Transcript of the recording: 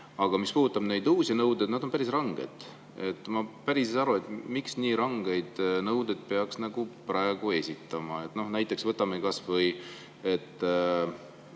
Aga mis puudutab neid uusi nõudeid, siis need on päris ranged. Ma ei saa aru, miks nii rangeid nõudeid peaks praegu esitama. Näiteks võtame kas või